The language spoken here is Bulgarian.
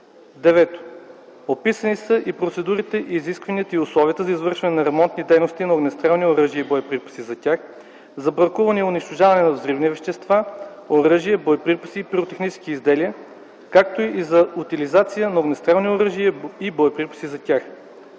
9. описани са и процедурите, изискванията и условията за извършване на ремонтни дейности на огнестрелни оръжия и боеприпаси за тях, за бракуване и унищожаване на взривни вещества, оръжия, боеприпаси и пиротехнически изделия, както и за утилизация на огнестрелни оръжия и боеприпаси за тях.